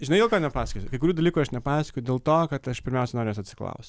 žinai dėl ko nepasakosiu kai kurių dalykų aš nepasakoju dėl to kad aš pirmiausia noriu jos atsiklaust